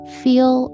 feel